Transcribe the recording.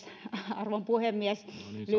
arvon puhemies